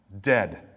Dead